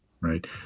right